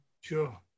Sure